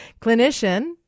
clinician